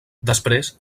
després